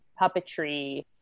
puppetry